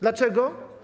Dlaczego?